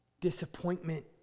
disappointment